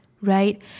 right